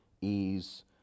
ease